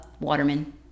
Waterman